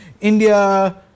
India